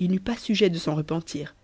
ï n'eut pas sujet de s'en repentir